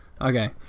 Okay